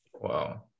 Wow